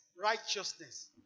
righteousness